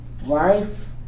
Life